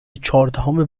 چهاردهم